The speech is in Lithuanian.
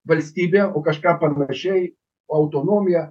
valstybę o kažką panašiai autonomiją